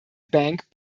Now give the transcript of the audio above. bank